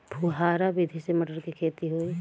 फुहरा विधि से मटर के खेती होई